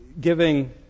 giving